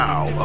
Now